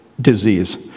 disease